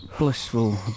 Blissful